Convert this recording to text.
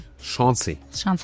Chance